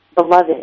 beloved